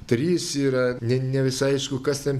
trys yra ne ne visai aišku kas ten